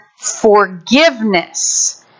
forgiveness